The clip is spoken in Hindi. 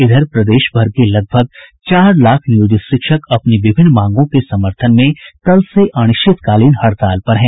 इधर प्रदेश भर के लगभग चार लाख नियोजित शिक्षक अपनी विभिन्न मांगों के समर्थन में कल से अनिश्चितकालीन हड़ताल पर हैं